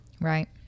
Right